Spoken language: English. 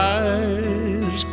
eyes